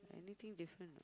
anything different